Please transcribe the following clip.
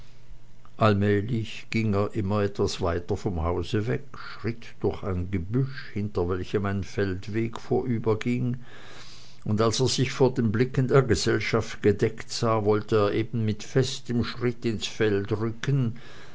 allmählich ging er immer etwas weiter vom hause hinweg schritt durch ein gebüsch hinter welchem ein feldweg vorüberging und als er sich vor den blicken der gesellschaft gedeckt sah wollte er eben mit festem schritt ins feld rücken